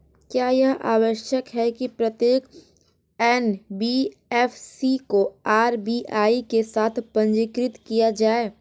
क्या यह आवश्यक है कि प्रत्येक एन.बी.एफ.सी को आर.बी.आई के साथ पंजीकृत किया जाए?